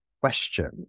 question